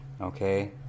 okay